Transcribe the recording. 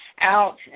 out